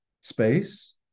space